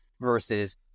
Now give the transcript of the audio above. versus